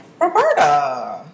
Roberta